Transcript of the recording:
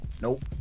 Nope